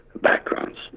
backgrounds